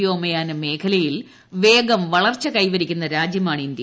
വ്യോമയാന മേഖലയിൽ വേഗം വളർച്ചു കൈവരിക്കുന്ന രാജ്യമാണ് ഇന്ത്യ